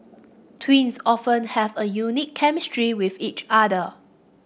twins often have a unique chemistry with each other